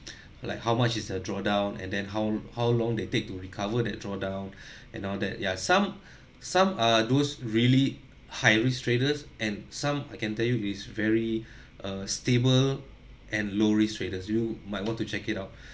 like how much is the drawdown and then how how long they take to recover the draw down and all that ya some some are those really high risk traders and some I can tell you is very uh stable and low risk traders you might want to check it out